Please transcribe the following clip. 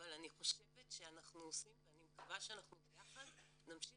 אבל אני חושבת שאנחנו עושים ואני מקווה שביחד נמשיך